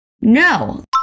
No